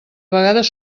vegades